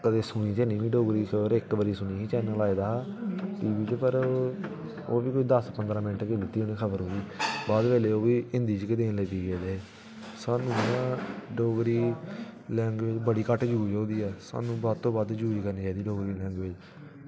कदें सुनी ऐ निं डोगरी इक्क बारी सुनी ही पर ओह्बी करोई दस्स पंद्रहां मिंट गै दित्ती होनी खबर ते बाद बिच ओह्बी हिंदी बिच गै देन लग्गी पे स्हानू इंया डोगरी लैंग्वेज़ इंया बड़ी घट्ट यूज़ होंदी ऐ स्हानू बद्ध तों बद्ध चेंज़ करनी चाहिदी डोगरी लैंग्वेज़